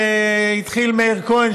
שהתחיל מאיר כהן,